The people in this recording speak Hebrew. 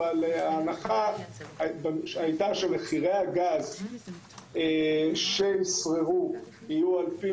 ההנחה הייתה שמחירי הגז שישררו יהיו לפי